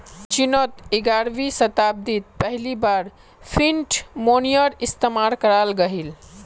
चिनोत ग्यारहवीं शाताब्दित पहली बार फ़िएट मोनेय्र इस्तेमाल कराल गहिल